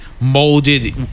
molded